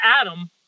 Adam